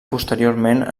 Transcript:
posteriorment